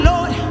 Lord